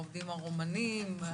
העובדים הרומנים?